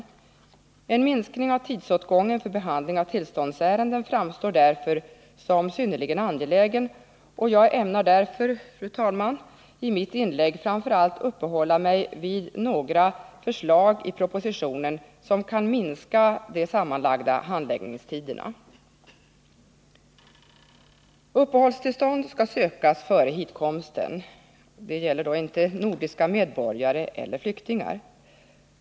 En minskning av tidsåtgången för behandling av tillståndsärenden framstår därför som synnerligen angelägen, och jag ämnar därför, fru talman, i mitt inlägg framför allt uppehålla mig vid några förslag i propositionen som syftar till att minska de sammanlagda handläggningstiderna. Uppehållstillstånd skall sökas före hitkomsten. Detta gäller dock ej för nordiska medborgare eller för flyktingar.